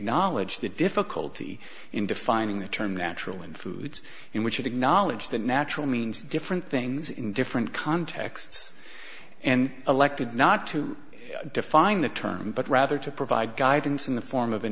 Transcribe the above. knowledge the difficulty in defining the term natural in foods and we should acknowledge that natural means different things in different contexts and elected not to define the term but rather to provide guidance in the form of an